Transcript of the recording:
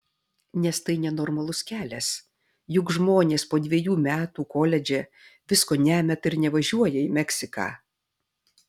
nes tai nenormalus kelias juk žmonės po dvejų metų koledže visko nemeta ir nevažiuoja į meksiką